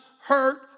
hurt